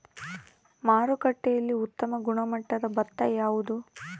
ಮಾರುಕಟ್ಟೆಯಲ್ಲಿ ಉತ್ತಮ ಗುಣಮಟ್ಟದ ಭತ್ತ ಯಾವುದು?